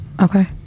Okay